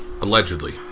Allegedly